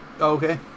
Okay